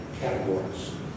categories